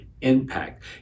impact